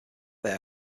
they